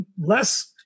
less